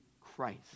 Christ